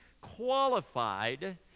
qualified